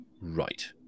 Right